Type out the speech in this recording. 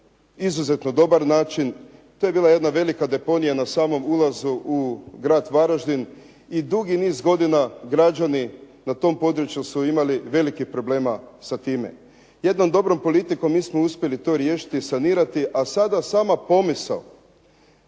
izuzetno dobar način. To je bila jedna velika deponija na samom ulazu u grad Varaždin, i dugi niz godina građani na tom području su imali velikih problema sa time. Jednom dobrom politikom mi smo uspjeli to riješiti i sanirati, a sada sama pomisao.